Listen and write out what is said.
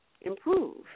improve